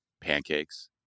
pancakes